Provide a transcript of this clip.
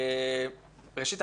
ראשית,